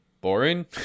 boring